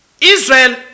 Israel